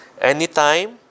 anytime